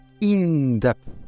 in-depth